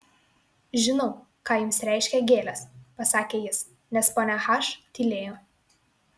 žinau ką jums reiškia gėlės pasakė jis nes ponia h tylėjo